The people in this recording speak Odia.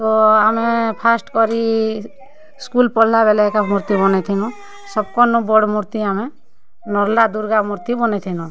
ତ ଆମେ ଫାର୍ଷ୍ଟ୍ କରି ସ୍କୁଲ୍ ପଢ଼୍ଲା ବେଲେ ଏକା ମୂର୍ତ୍ତି ବନେଇଥିଲୁଁ ସବ୍କର୍ନୁ ବଡ଼୍ ମୂର୍ତ୍ତି ଆମେ ନର୍ଲା ଦୁର୍ଗା ମୂର୍ତ୍ତି ବନେଇଥିଲୁଁ